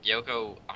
Yoko